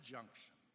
Junction